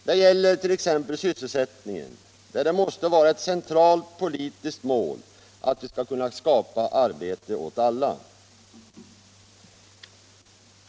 Det gäller t.ex. sysselsättningen, där det måste vara ett centralt politiskt mål att vi skall kunna skapa arbete åt alla.